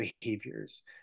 behaviors